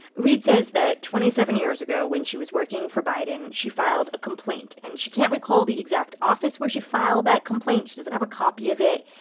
reade says that twenty seven years ago, when she was working for biden, she filed a complaint. and she can't recall the exact office where she filed that complaint. she doesn't have a copy of it.